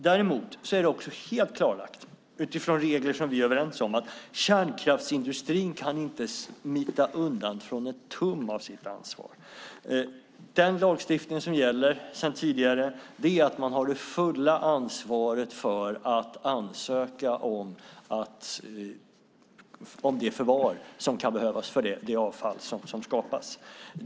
Däremot är det också helt klarlagt, utifrån regler som vi är överens om, att kärnkraftsindustrin inte kan smita undan en tum från sitt ansvar. Den lagstiftning som gäller sedan tidigare är att man har det fulla ansvaret för att ansöka om det förvar som kan behövas för det avfall som skapas.